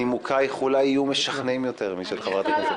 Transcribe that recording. נימוקיך אולי יהיו משכנעים יותר מאשר של חברת הכנסת